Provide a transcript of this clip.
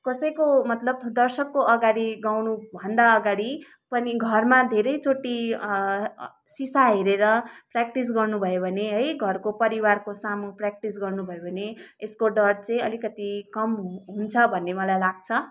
कसैको मतलब दर्शकको अघाडि गाउनु भन्दा अघाडि पनि घरमा धेरैचोटि सिसा हेरेर प्र्याक्टिस गर्नुभयो भने है घरको परिवारको सामु प्र्याक्टिस गर्नुभयो भने यसको डर चाहिँ अलिकति कम हु हुन्छ भन्ने मलाई लाग्छ